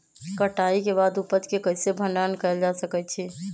कटाई के बाद उपज के कईसे भंडारण कएल जा सकई छी?